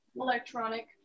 Electronic